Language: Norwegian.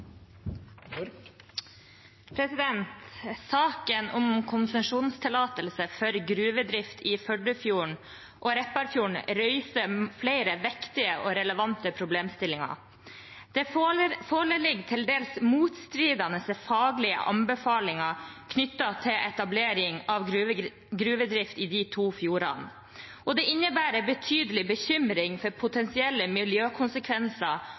Saken om konsesjonstillatelse for gruvedrift i Førdefjorden og i Repparfjorden reiser flere viktige og relevante problemstillinger. Det foreligger til dels motstridende faglige anbefalinger knyttet til etablering av gruvedrift i de to fjordene, og det innebærer betydelig bekymring for potensielle miljøkonsekvenser